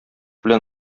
белән